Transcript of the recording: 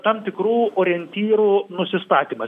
tam tikrų orientyrų nusistatymas